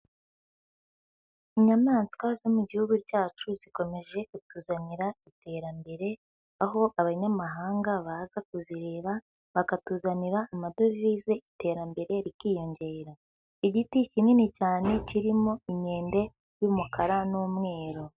Inyamaswa zo mu gihugu cyacu zikomeje kutuzanira iterambere, aho abanyamahanga baza kuzireba, bakatuzanira amadovize iterambere rikiyongera, igiti kinini cyane kirimo inkende y'umukara n'umweru.